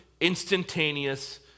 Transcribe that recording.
instantaneous